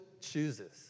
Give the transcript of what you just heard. chooses